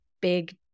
big